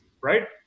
right